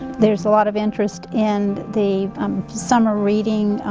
there is a lot of interest in the um summer reading,